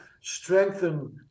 strengthen